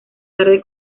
tarde